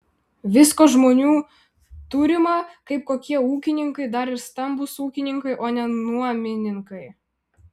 visko žmonių turima kaip kokie ūkininkai dar ir stambūs ūkininkai o ne nuomininkai